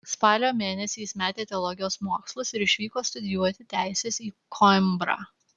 spalio mėnesį jis metė teologijos mokslus ir išvyko studijuoti teisės į koimbrą